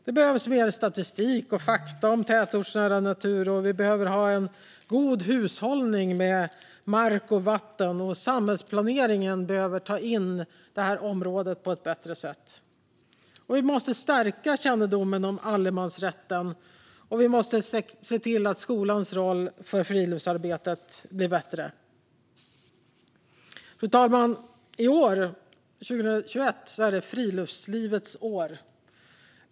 Det behövs mer statistik och fakta om tätortsnära natur, och vi behöver ha en god hushållning med mark och vatten. Samhällsplaneringen behöver ta in detta område på ett bättre sätt. Vi måste stärka kännedomen om allemansrätten, och vi måste se till att skolans roll i friluftsarbetet blir bättre. Fru talman! I år, 2021, är det friluftslivets år.